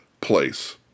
place